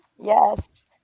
Yes